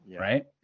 right